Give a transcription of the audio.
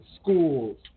schools